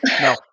No